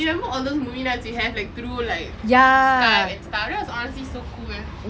remember all those movie nights we had like through Skype and stuff that was honestly so cool